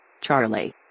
Charlie